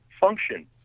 function